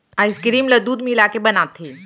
ice cream ल दूद मिलाके बनाथे